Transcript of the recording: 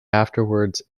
afterwards